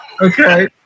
Okay